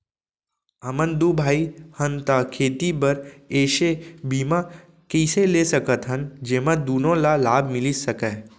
हमन दू भाई हन ता खेती बर ऐसे बीमा कइसे ले सकत हन जेमा दूनो ला लाभ मिलिस सकए?